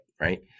right